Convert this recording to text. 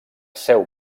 seu